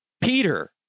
Peter